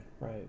Right